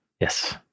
Yes